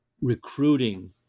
recruiting